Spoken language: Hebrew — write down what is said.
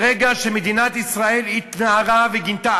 ברגע שמדינת ישראל התנערה וגינתה,